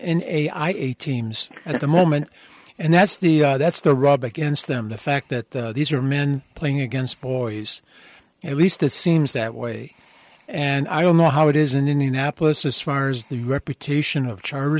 n a i a teams at the moment and that's the that's the rub against them the fact that these are men playing against boys at least it seems that way and i don't know how it is an indianapolis as far as the reputation of char